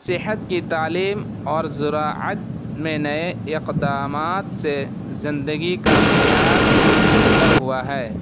صحت کی تعلیم اور زراعت میں نئے اقدامات سے زندگی کا معیار بہتر ہوا ہے